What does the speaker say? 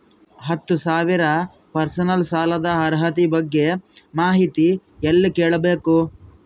ಹತ್ತು ಸಾವಿರ ಪರ್ಸನಲ್ ಸಾಲದ ಅರ್ಹತಿ ಬಗ್ಗೆ ಮಾಹಿತಿ ಎಲ್ಲ ಕೇಳಬೇಕು?